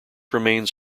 remains